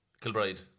Kilbride